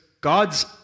God's